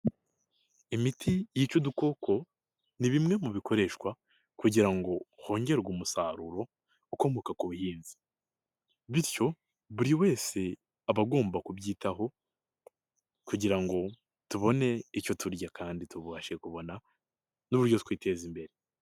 Imiti y'ica udukoko ni bimwe mu bikoreshwa kugira ngo hongerwe umusaruro ukomoka ku buhinzi, bityo buri wese aba agomba kubyitaho kugira ngo tubone icyo turya kandi tubashe kubona n'uburyo twiteza imbere.